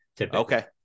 Okay